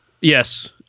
Yes